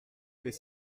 fait